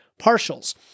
partials